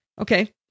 okay